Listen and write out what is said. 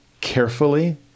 carefully